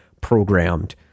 programmed